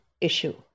issue